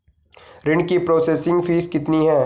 ऋण की processing fees कितनी है?